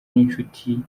n’inshuti